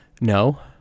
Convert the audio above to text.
no